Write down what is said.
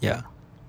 ya